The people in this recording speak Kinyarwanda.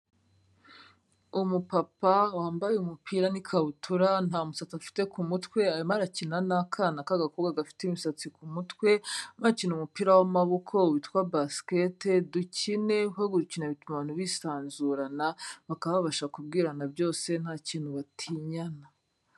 Umupapa wambaye umupira n'ikabutura nta musatsi afite ku mutwe arimo arakina n'akana k'agakobwa gafite imisatsi ku mutwe, barimo barakina umupira w'amaboko witwa basikete, dukine kuko gukina bituma abantu bisanzurana, bakaba babasha kubwirana byose nta kintu batinyana.